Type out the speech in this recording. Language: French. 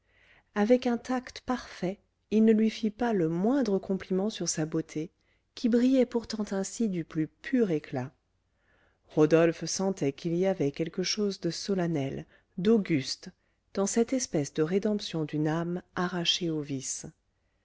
avec un tact parfait il ne lui fit pas le moindre compliment sur sa beauté qui brillait pourtant ainsi du plus pur éclat rodolphe sentait qu'il y avait quelque chose de solennel d'auguste dans cette espèce de rédemption d'une âme arrachée au vice